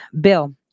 bill